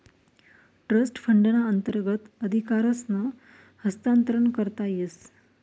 trust फंडना अंतर्गत अधिकारसनं हस्तांतरण करता येस